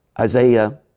Isaiah